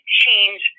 change